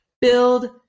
build